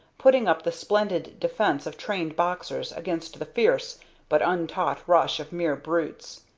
putting up the splendid defence of trained boxers against the fierce but untaught rush of mere brutes.